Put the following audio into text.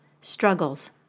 struggles